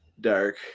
dark